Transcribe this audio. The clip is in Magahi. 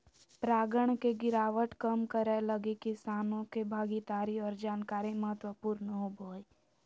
परागण के गिरावट कम करैय लगी किसानों के भागीदारी और जानकारी महत्वपूर्ण होबो हइ